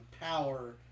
power